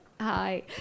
hi